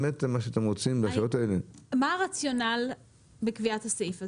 מה הרציונל בקביעת הסעיף הזה?